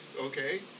okay